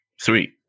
Sweet